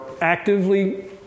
actively